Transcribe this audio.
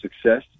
success